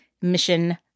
Mission